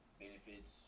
benefits